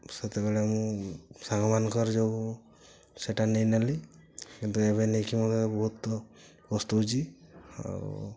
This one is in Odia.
ସେତେବେଳେ ମୁଁ ସାଙ୍ଗମାନଙ୍କର ଯୋଗୁଁ ସେଇଟା ନେଇନେଲି କିନ୍ତୁ ଏବେ ନେଇକି ମୋତେ ବହୁତ ପସ୍ତଉଛି ଆଉ